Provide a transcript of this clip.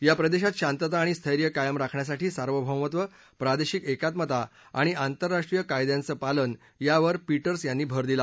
या प्रदेशात शांतता आणि स्थर्य कायम राखण्यासाठी सार्वभौमत्व प्रादेशिक एकात्मता आणि आंतरराष्ट्रीय कायद्याचं पालन यावर पीटर्सं यांनी भर दिला